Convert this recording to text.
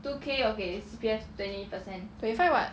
twenty five [what]